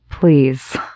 Please